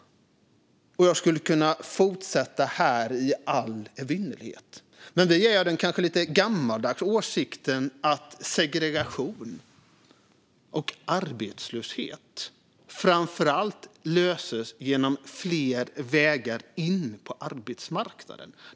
Jag skulle kunna fortsätta i all evinnerlighet. Vi är av den kanske lite gammaldags åsikten att segregation och arbetslöshet framför allt löses genom fler vägar in på arbetsmarknaden.